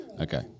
Okay